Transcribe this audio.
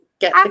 get